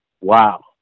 Wow